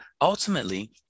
ultimately